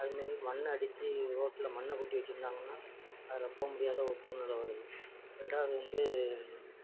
அது மாரி மண்ணை அடிச்சு ரோடில் மண்ணை கொட்டி வச்சுருந்தாங்கன்னா அதில் போக முடியாத ஒரு சூழ்நிலை வருது ரெண்டாவது வந்து